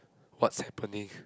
what's happening